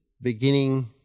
beginning